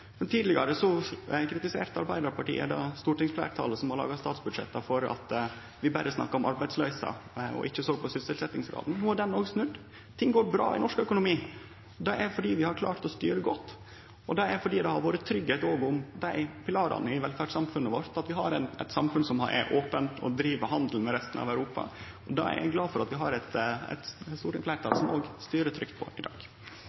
Tidlegare kritiserte Arbeidarpartiet det stortingsfleirtalet som har laga statsbudsjetta, for at vi berre snakka om arbeidsløysa og ikkje såg på sysselsettingsraten. No har òg han snudd. Ting går bra i norsk økonomi, og det er fordi vi har klart å styre godt, fordi det har vore tryggleik òg om pilarane i velferdssamfunnet vårt, at vi har eit samfunn som er ope og driv handel med resten av Europa. Det er eg glad for at vi har eit stortingsfleirtal som styrer trygt på i dag.